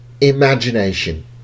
imagination